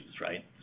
right